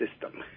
system